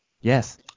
Yes